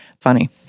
funny